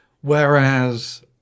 whereas